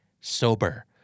Sober